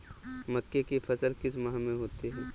मक्के की फसल किस माह में होती है?